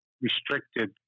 restricted